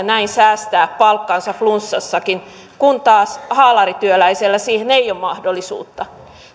näin säästää palkkaansa flunssassakin kun taas haalarityöläiselle siihen ei ole mahdollisuutta